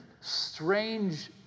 strange